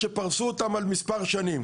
שפרסו אותם על מספר שנים.